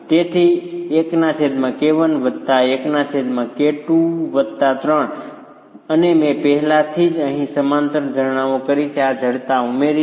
તેથી અને મેં પહેલાથી જ અહીં સમાંતર ઝરણાઓ કરી છે અને આ જડતા ઉમેરી છે